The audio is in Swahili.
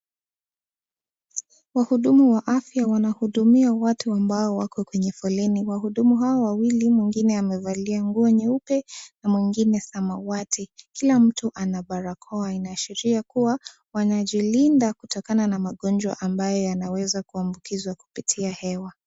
Wahudumu wa afya wanahudumia watu ambao wako kwenye foleni, wahudumu hawa wawili mwingine amefalia nguo nyeupe na mwingine samawati, kila mtu ana barakoa inaashiria kuwa wanajilinda kutokana na magonjwa ambayo yanaweza kuambukizwa kupitia hewa.